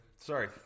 sorry